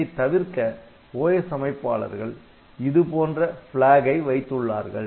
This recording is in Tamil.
இதைத் தவிர்க்க OS அமைப்பாளர்கள் இதுபோன்ற 'Flag' ஐ வைத்துள்ளார்கள்